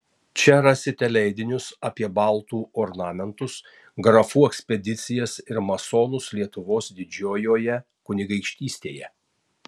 čia rasite leidinius apie baltų ornamentus grafų ekspedicijas ir masonus lietuvos didžiojoje kunigaikštystėje